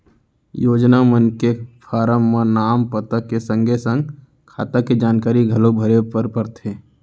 योजना मन के फारम म नांव, पता के संगे संग खाता के जानकारी घलौ भरे बर परथे